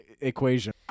equation